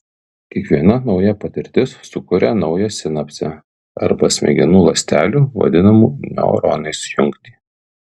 kiekviena nauja patirtis sukuria naują sinapsę arba smegenų ląstelių vadinamų neuronais jungtį